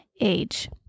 age